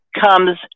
comes